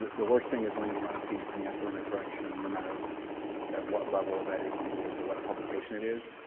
the worst thing is when you run a piece and you have to run a correction, no matter what level of editing it is or what publication it is.